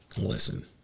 Listen